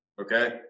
Okay